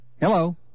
Hello